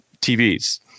TVs